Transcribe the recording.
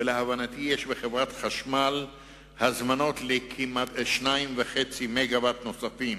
ולהבנתי יש בחברת החשמל הזמנות ל-2.5 מגוואט נוספים,